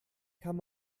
kann